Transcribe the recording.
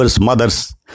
mothers